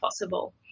possible